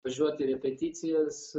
važiuot į repeticijas